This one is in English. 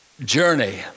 journey